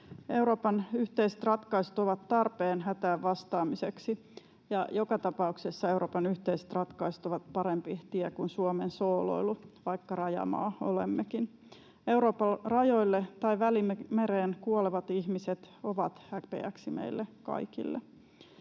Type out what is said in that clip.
Euroopan yhteiset ratkaisut ovat tarpeen hätään vastaamiseksi, ja joka tapauksessa Euroopan yhteiset ratkaisut ovat parempi tie kuin Suomen sooloilu, vaikka rajamaa olemmekin. Euroopan rajoille tai Välimereen kuolevat ihmiset ovat häpeäksi meille kaikille.